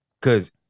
Cause